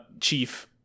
chief